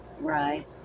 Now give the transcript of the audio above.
right